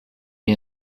mir